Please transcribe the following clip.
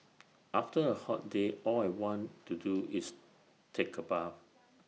after A hot day all I want to do is take A bath